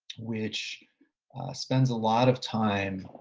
which spends a lot of time,